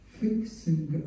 fixing